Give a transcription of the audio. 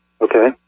Okay